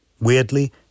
Weirdly